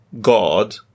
God